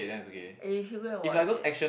if you gonna watch it